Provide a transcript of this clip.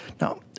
Now